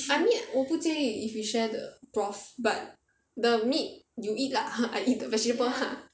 I mean 我不介意 if we share the broth but the meat you eat lah I eat the vegetable lah